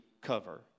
cover